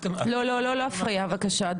לא להפריע בבקשה.